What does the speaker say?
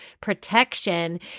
protection